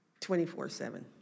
24-7